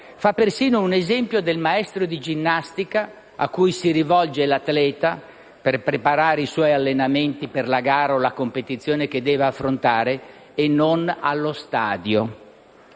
Fa persino un esempio del maestro di ginnastica cui si rivolge l'atleta per preparare i suoi allenamenti per la gara o la competizione che deve affrontare e non allo stadio.